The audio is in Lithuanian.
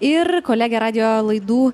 ir kolegė radijo laidų